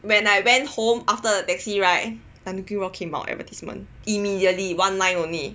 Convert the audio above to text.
when I went home after the taxi ride Tanuki raw came out advertisement immediately one line only